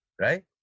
right